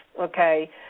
okay